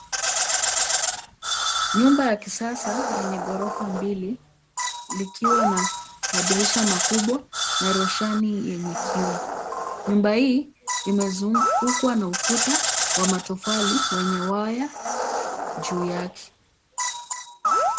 Nyumba ya kisasa lenye ghorofa mbili likiwa na madirisha makubwa na roshani yenye kioo. Nyumba hii imezungukwa na ukuta wa matofali wenye waya juu yake.